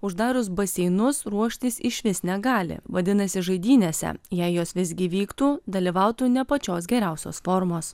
uždarius baseinus ruoštis išvis negali vadinasi žaidynėse jei jos visgi vyktų dalyvautų ne pačios geriausios formos